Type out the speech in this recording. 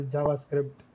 Javascript